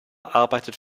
arbeitet